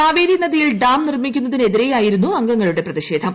കാവേരി നദിയിൽ ഡാം നിർമ്മിക്കു്നതിനെതിരെയായിരുന്നു അംഗങ്ങളുടെ പ്രതിഷേധം